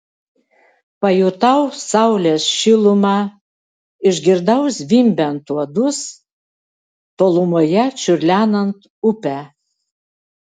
pajutau saulės šilumą išgirdau zvimbiant uodus tolumoje čiurlenant upę